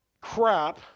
crap